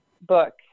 book